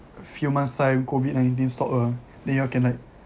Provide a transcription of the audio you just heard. a few months time COVID nineteen stop ah then you all can like